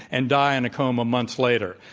and die in a coma months later,